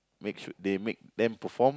make shoot they make them perform